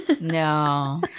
No